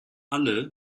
alle